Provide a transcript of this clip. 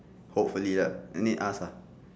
hopefully ah let me ask ah